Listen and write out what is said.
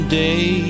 day